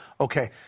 okay